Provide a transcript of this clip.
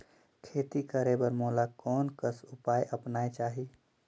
खेती करे बर मोला कोन कस उपाय अपनाये चाही?